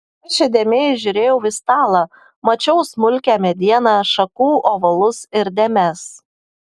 aš įdėmiai žiūrėjau į stalą mačiau smulkią medieną šakų ovalus ir dėmes